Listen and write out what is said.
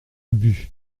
ubu